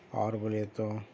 اور بولے تو